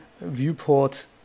viewport